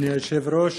אדוני היושב-ראש,